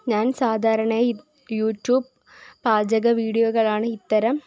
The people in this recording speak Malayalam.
ഞാന് സാധാരണയായി യൂറ്റൂബ് പാചക വീഡിയോകളാണ് ഇത്തരം